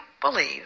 believe